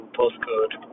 postcode